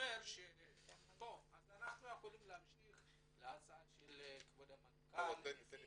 אנחנו יכולים להמשיך להצעה של כבוד המנכ"ל --- תן לי